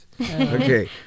Okay